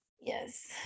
yes